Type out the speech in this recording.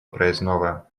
проездного